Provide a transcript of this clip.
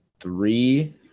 three